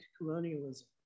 colonialism